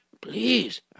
Please